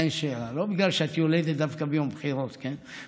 אין שאלה, לא בגלל שילדת דווקא ביום בחירות, כן?